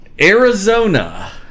Arizona